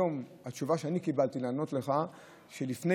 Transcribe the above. התשובה שאני קיבלתי לענות לך היא שלפני